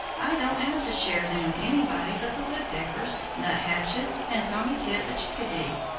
i don't have to share them with anybody but the woodpeckers, nuthatches, and tommy tit the chickadee.